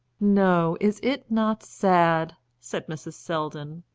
no is it not sad? said mrs. selldon.